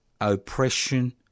oppression